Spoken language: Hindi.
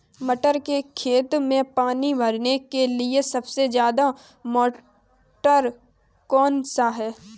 मटर के खेत में पानी भरने के लिए सबसे अच्छा मोटर कौन सा है?